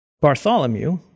Bartholomew